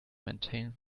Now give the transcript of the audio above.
maintain